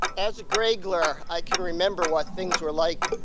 as a greygler, i can remember what things were like